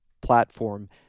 platform